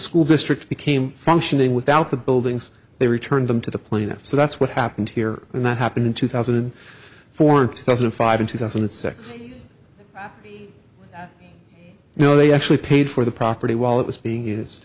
school district became functioning without the buildings they returned them to the plaintiff so that's what happened here and that happened in two thousand and four and two thousand and five in two thousand and six you know they actually paid for the property while it was being